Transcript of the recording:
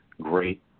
great